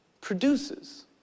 produces